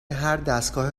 هردستگاه